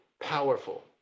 powerful